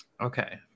Okay